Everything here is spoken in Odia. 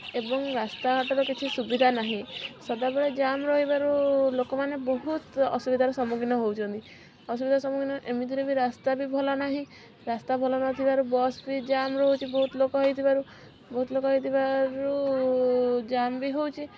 ଏବଂ ରାସ୍ତା ଘାଟର କିଛି ସୁବିଧା ନାହିଁ ସଦାବେଳେ ଜାମ ରହିବାରୁ ଲୋକମାନେ ବହୁତ ଅସୁବିଧାର ସମ୍ମୁଖିନ ହଉଛନ୍ତି ଅସୁବିଧାର ସମ୍ମୁଖିନ ଏମିତି ରେ ବି ରାସ୍ତା ବି ଭଲ ନାହିଁ ରାସ୍ତା ଭଲ ନଥିବାରୁ ବସ ବି ଜାମ ରହୁଛି ବହୁତ ଲୋକ ହେଇଥିବାରୁ ବହୁତ ଲୋକ ହେଇଥିବାରୁ ଜାମ ବି ହଉଛି